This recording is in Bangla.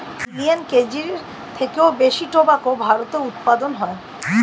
মিলিয়ান কেজির থেকেও বেশি টোবাকো ভারতে উৎপাদন হয়